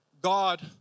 God